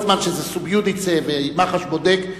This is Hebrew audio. כל זמן שזה סוביודיצה ומח"ש בודק,